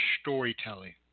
storytelling